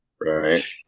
Right